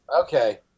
Okay